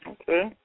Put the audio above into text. Okay